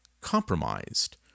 compromised